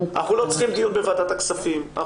דיון בוועדת הכספים.